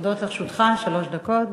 עומדות לרשותך שלוש דקות.